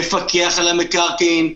מפקח על המקרקעין,